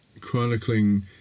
chronicling